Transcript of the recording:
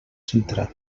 centrals